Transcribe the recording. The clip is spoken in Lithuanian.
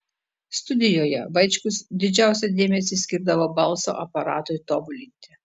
studijoje vaičkus didžiausią dėmesį skirdavo balso aparatui tobulinti